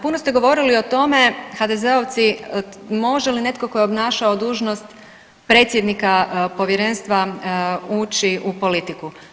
Puno ste govorili o tome, HDZ-ovci može li netko tko je obnašao dužnost predsjednika povjerenstva ući u politiku?